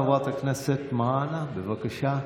חברת הכנסת מראענה, בבקשה.